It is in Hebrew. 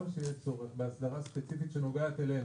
שיהיה צורך באסדרה ספציפית שנוגעת אלינו,